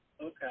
Okay